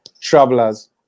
Travelers